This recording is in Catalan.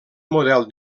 model